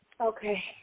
Okay